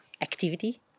activity